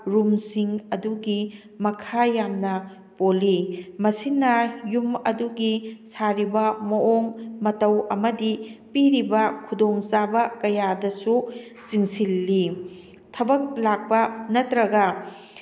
ꯔꯨꯝꯁꯤꯡ ꯑꯗꯨꯒꯤ ꯃꯈꯥ ꯌꯥꯝꯅ ꯄꯣꯜꯂꯤ ꯃꯁꯤꯅ ꯌꯨꯝ ꯑꯗꯨꯒꯤ ꯁꯥꯔꯤꯕ ꯃꯑꯣꯡ ꯃꯇꯧ ꯑꯃꯗꯤ ꯄꯤꯔꯤꯕ ꯈꯨꯗꯣꯡ ꯆꯥꯕ ꯀꯌꯥꯗꯁꯨ ꯆꯤꯡꯁꯤꯜꯂꯤ ꯊꯕꯛ ꯂꯥꯛꯄ ꯅꯠꯇ꯭ꯔꯒ